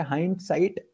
Hindsight